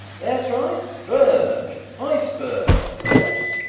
that's right, berge iceberg on the course.